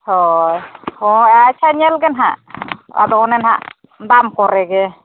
ᱦᱳᱭ ᱦᱳᱭ ᱟᱪᱪᱷᱟ ᱧᱮᱞ ᱜᱮ ᱦᱟᱸᱜ ᱟᱫᱚ ᱚᱱᱮ ᱦᱟᱸᱜ ᱫᱟᱢ ᱠᱚᱨᱮ ᱜᱮ